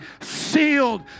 sealed